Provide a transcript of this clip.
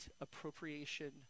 appropriation